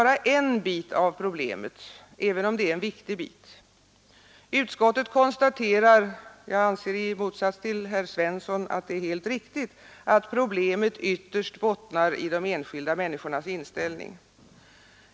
Utskottet konstaterar helt riktigt att problemet ytterst bottnar i de enskilda människornas inställning.